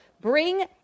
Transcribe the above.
bring